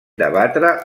debatre